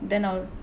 then I'll